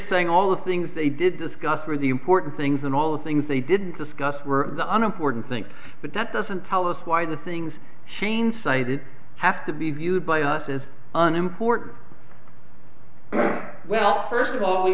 saying all the things they did discuss were the important things and all the things they didn't discuss were the un important things but that doesn't tell us why the things shane cited have to be viewed by us as an important well first of all we